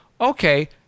okay